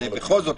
בכל זאת,